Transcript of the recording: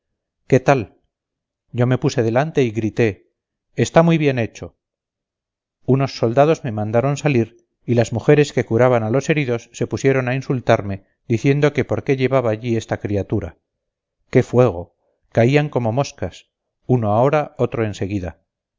qué tal yo me puse delante y grité está muy bien hecho unos soldados me mandaron salir y las mujeres que curaban a los heridos se pusieron a insultarme diciendo que por qué llevaba allí esta criatura qué fuego caían como moscas uno ahora otro